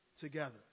together